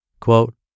Quote